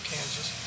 Kansas